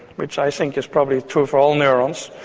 which i think is probably true for all neurons.